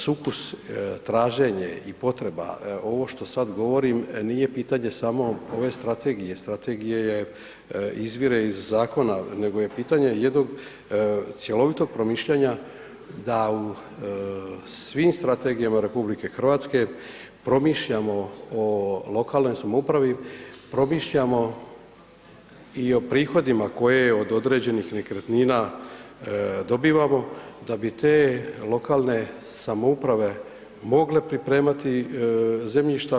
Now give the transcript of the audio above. Sukus traženje i potreba, ovo što sada govorim, nije pitanje samo ove strategije, strategija izvire iz zakona, nego je pitanje jednog cjelovitog promišljanja da u svim strategijama RH promišljamo o lokalnoj samoupravi, promišljamo i o prihodima koje od određenih nekretnina dobivamo da bi te lokalne samouprave mogle pripremati zemljišta.